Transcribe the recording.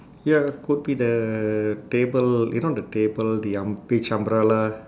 ya could be the table you know the table the um~ beach umbrella